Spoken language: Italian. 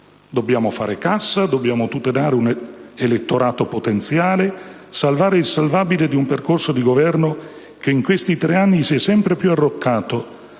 Dobbiamo fare cassa, dobbiamo tutelare un elettorato potenziale, salvare il salvabile di un percorso di governo che in questi tre anni si è sempre più arroccato